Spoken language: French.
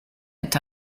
est